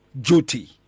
duty